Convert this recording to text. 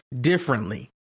differently